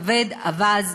כבד אווז,